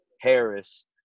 Harris